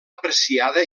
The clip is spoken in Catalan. apreciada